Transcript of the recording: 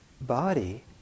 body